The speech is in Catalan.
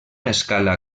escala